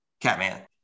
Catman